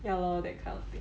ya lor that kind of thing